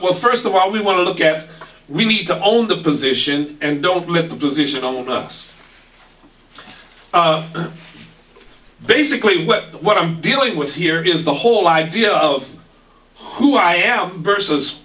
well first of all we want to look at we need to own the position and don't let the position on us basically wet but what i'm dealing with here is the whole idea of who i am versus